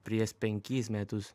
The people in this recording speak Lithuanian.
prieš penkis metus